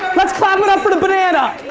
let's clap it up for the banana.